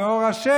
באור ה'.